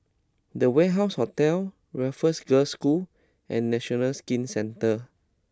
The Warehouse Hotel Raffles Girls' School and National Skin Centre